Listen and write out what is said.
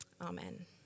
Amen